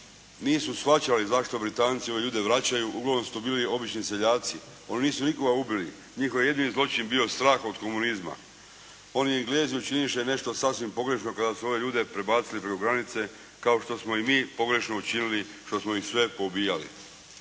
nisu shvaćali zašto Britanci ove ljude vraćaju, uglavnom su to bili obični seljaci. Oni nisu nikoga ubili. Njihov jedini zločin je bio strah od komunizma. Oni Englezi učiniše nešto sasvim pogrešno kada su ove ljude prebacili preko granice kao što smo i mi pogrešno učinili što smo ih sve poubijali.